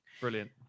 Brilliant